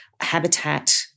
habitat